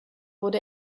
wurde